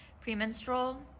premenstrual